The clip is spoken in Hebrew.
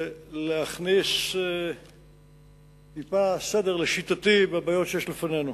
אכניס טיפה סדר, לשיטתי, בבעיות שיש לפנינו.